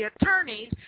attorneys